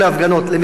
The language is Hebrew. למחאה,